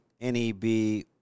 NEB